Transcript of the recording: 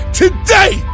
today